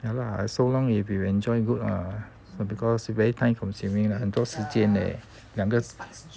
ya lah so long if you enjoy good lah because very time consuming lah 很多时间 leh